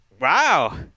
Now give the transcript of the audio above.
Wow